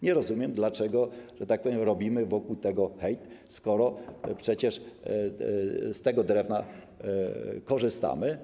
Nie rozumiem więc, dlaczego, że tak powiem, robimy wokół tego hejt, skoro przecież z tego drewna korzystamy.